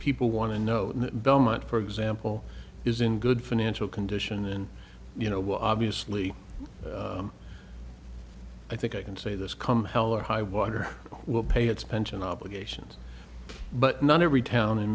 people want to know the belmont for example is in good financial condition and you know obviously i think i can say this come hell or highwater will pay its pension obligations but not every town